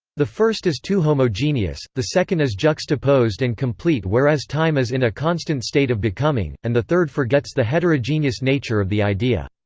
the first is too homogeneous, the second is juxtaposed and complete whereas time is in a constant state of becoming, becoming, and the third forgets the heterogeneous nature of the idea.